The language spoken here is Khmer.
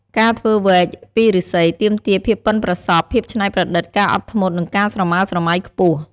ការធ្វើវែកពីឫស្សីទាមទារភាពប៉ិនប្រសប់ ភាពឆ្នៃប្រឌិត ការអត់ធ្មត់ និងការស្រមើលស្រមៃខ្ពស់។